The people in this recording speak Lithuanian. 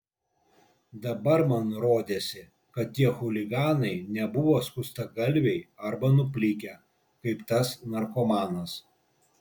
dabar man rodėsi kad tie chuliganai nebuvo skustagalviai arba nuplikę kaip tas narkomanas